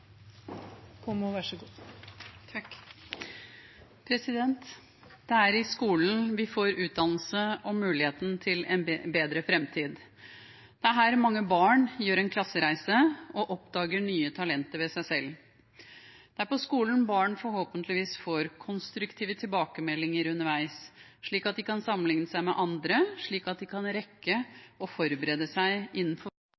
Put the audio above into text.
her mange barn gjør en klassereise og oppdager nye talenter ved seg selv. Det er på skolen barn forhåpentligvis får konstruktive tilbakemeldinger underveis, slik at de kan sammenligne seg med andre, slik at de kan